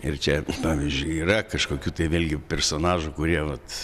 ir čia pavyzdžiui yra kažkokių tai vėlgi personažų kurie vat